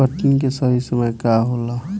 कटनी के सही समय का होला?